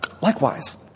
Likewise